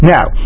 Now